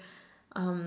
um